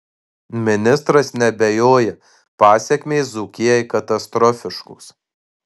ministras neabejoja pasekmės dzūkijai katastrofiškos